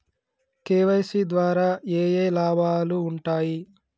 KYC ద్వారా ఏఏ లాభాలు ఉంటాయి?